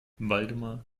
waldemar